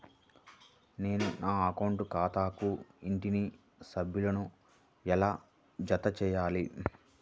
నేను నా అకౌంట్ ఖాతాకు ఇంట్లోని సభ్యులను ఎలా జతచేయాలి?